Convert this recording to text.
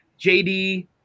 JD